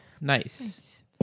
Nice